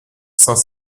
saint